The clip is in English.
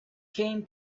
came